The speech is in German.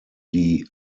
die